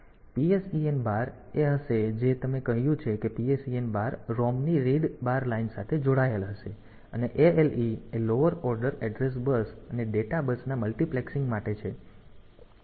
તેથી PSEN bar એ હશે જે તમે કહ્યું છે કે PSEN બાર ROM ની રીડ બાર લાઇન સાથે જોડાયેલ હશે અને ALE એ લોઅર ઓર્ડર એડ્રેસ બસ અને ડેટા બસ ના મલ્ટિપ્લેક્સીંગ માટે છે